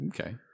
Okay